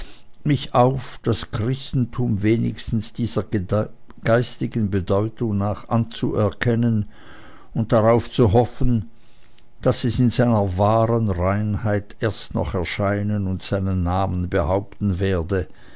mich auf das christentum wenigstens dieser geistigen bedeutung nach anzuerkennen und darauf zu hoffen daß es in seiner wahren reinheit erst noch erscheinen und seinen namen behaupten werde